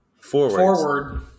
forward